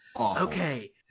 Okay